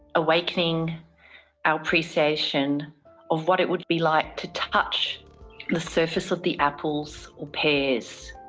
awakening our appreciation of what it would be like to touch the surface of the apples or pears,